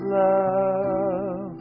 love